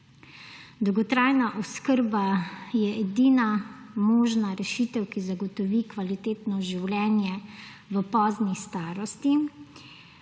Dolgotrajna oskrba je edina možna rešitev, ki zagotovi kvalitetno življenje v pozni starosti.